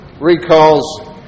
recalls